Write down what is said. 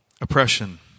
oppression